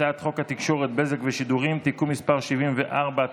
הצעת חוק התקשורת (בזק ושידורים) (תיקון מס' 74),